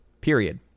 Period